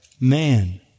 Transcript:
man